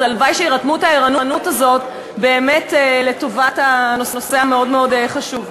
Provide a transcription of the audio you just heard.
אז הלוואי שירתמו את הערנות הזאת באמת לטובת הנושא המאוד-מאוד חשוב.